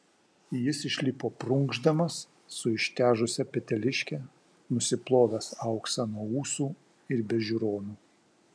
jis išlipo prunkšdamas su ištežusia peteliške nusiplovęs auksą nuo ūsų ir be žiūronų